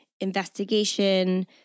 investigation